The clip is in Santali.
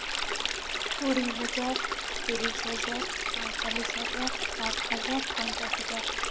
ᱠᱩᱲᱤ ᱦᱟᱡᱟᱨ ᱛᱤᱨᱤᱥ ᱦᱟᱡᱟᱨ ᱯᱚᱸᱭᱛᱟᱞᱞᱤᱥ ᱦᱟᱡᱟᱨ ᱥᱟᱴ ᱦᱟᱡᱟᱨ ᱯᱚᱧᱪᱟᱥ ᱦᱟᱡᱟᱨ